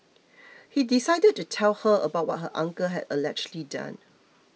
he decided to tell her about what her uncle had allegedly done